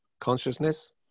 consciousness